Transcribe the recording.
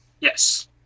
Yes